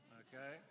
okay